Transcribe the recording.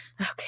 Okay